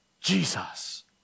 Jesus